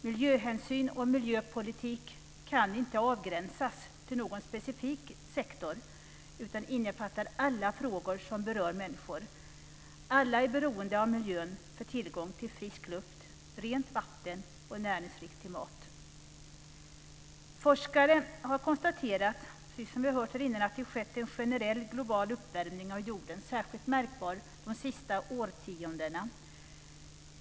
Miljöhänsyn och miljöpolitik kan inte avgränsas till någon specifik sektor utan innefattar alla frågor som berör människor. Alla är beroende av miljön för tillgång till frisk luft, rent vatten och näringsriktig mat. Forskare har konstaterat, precis som vi har hört här tidigare, att det skett en generell global uppvärmning av jorden, särskilt märkbar de sista årtiondena.